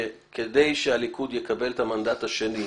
שכדי שהליכוד יקבל את המנדט השני,